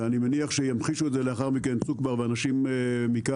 ואני מניח שימחישו את זה לאחר מכן צוק-בר ואנשים מכאן